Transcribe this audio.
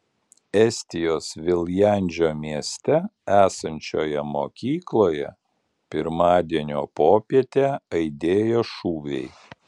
estijos viljandžio mieste esančioje mokykloje pirmadienio popietę aidėjo šūviai